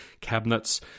cabinets